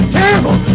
terrible